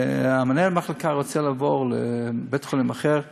ומנהל המחלקה רוצה לעבור לבית-חולים אחר,